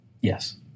Yes